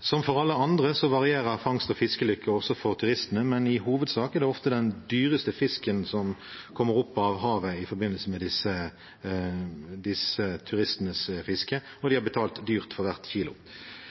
Som for alle andre varierer fangst- og fiskelykke også for turistene, men i hovedsak er det ofte den dyreste fisken som kommer opp av havet i forbindelse med disse turistenes fiske, og de har betalt dyrt for hvert